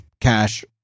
cash